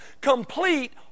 complete